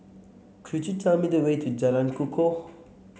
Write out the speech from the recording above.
could you tell me the way to Jalan Kukoh